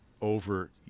over